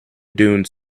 dunes